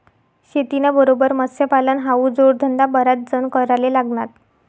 शेतीना बरोबर मत्स्यपालन हावू जोडधंदा बराच जण कराले लागनात